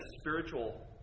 spiritual